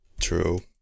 True